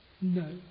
No